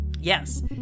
yes